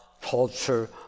culture